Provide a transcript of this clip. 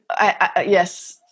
yes